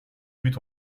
but